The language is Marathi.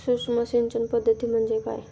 सूक्ष्म सिंचन पद्धती म्हणजे काय?